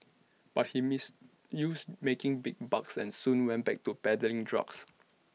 but he missed use making big bucks and soon went back to peddling drugs